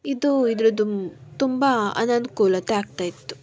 ಇದು ಇದರದ್ದು ತುಂಬ ಅನನುಕೂಲತೆ ಆಗ್ತಾ ಇತ್ತು